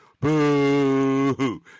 Boo